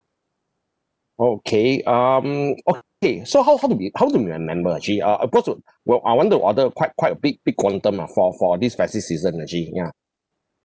okay um okay so how how to be how to be a member actually uh of course would well I want to order quite quite a big big quantum ah for for this festive season actually ya